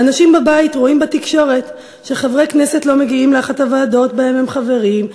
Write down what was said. האנשים בבית רואים בתקשורת שחברי כנסת לא מגיעים לוועדה שבה הם חברים,